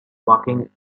walking